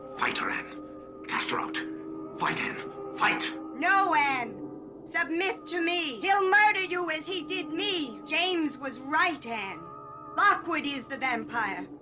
fight her ann after out fightin fight no ann submit to me. he'll murder you as he did me james was right ann lockwood is the vampire?